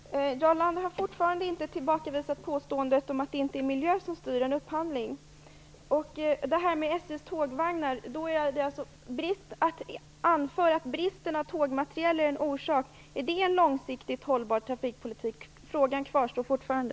Herr talman! Jarl Lander har fortfarande inte tillbakavisat påståendet om att det inte är miljön som styr upphandlingen. Att anföra att bristen på tågmateriel är en orsak, är det en långsiktigt hållbar trafikpolitik? Frågan kvarstår fortfarande.